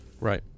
Right